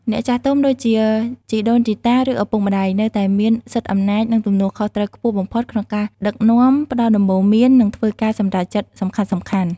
អ្នកចាស់ទុំ ដូចជា ជីដូនជីតា ឬ ឪពុកម្ដាយ នៅតែមាន សិទ្ធិអំណាច និងទំនួលខុសត្រូវខ្ពស់បំផុត ក្នុងការដឹកនាំ ផ្ដល់ដំបូន្មាន និងធ្វើការសម្រេចចិត្តសំខាន់ៗ។